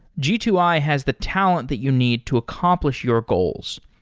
g two i has the talent that you need to accomplish your goals.